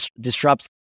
disrupts